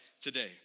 today